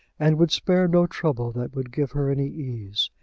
and would spare no trouble that would give her any ease.